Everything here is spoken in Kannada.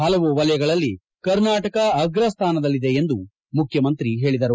ಪಲವು ವಲಯಗಳಲ್ಲಿ ಕರ್ನಾಟಕ ಆಗ್ರ ಸ್ಯಾನದಲ್ಲಿದೆ ಎಂದು ಮುಖ್ಯಮಂತ್ರಿ ಹೇಳಿದರು